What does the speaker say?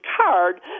card